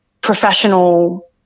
professional